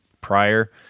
prior